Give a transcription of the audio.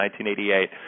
1988